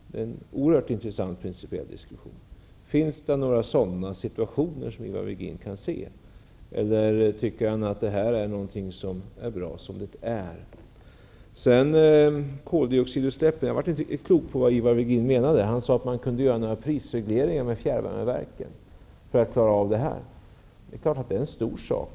Det är en oerhört intressant principiell diskussion. Kan Ivar Virgin peka på någon sådan situation, eller tycker han att det är bra som det är? Jag blev inte riktigt klok på vad Ivar Virgin menade med koldioxidutsläppen. Han sade att man kunde göra några prisregleringar med fjärrvärmeverken för att klara detta. Det är klart att det är en stor sak.